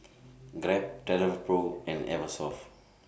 Grab Travelpro and Eversoft